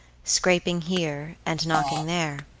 scraping here, and knocking there.